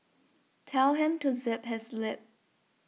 tell him to zip his lip